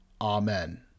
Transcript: Amen